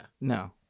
No